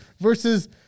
versus